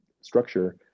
structure